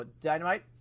Dynamite